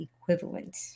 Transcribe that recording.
equivalent